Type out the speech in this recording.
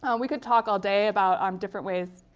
um we could talk all day about um different ways.